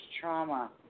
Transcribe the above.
trauma